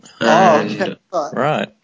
Right